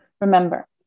Remember